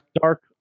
Dark